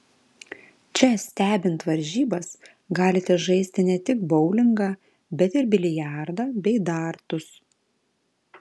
čia stebint varžybas galite žaisti ne tik boulingą bet ir biliardą bei dartus